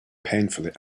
painfully